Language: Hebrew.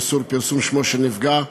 איסור פרסום שמו של נפגע),